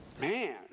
man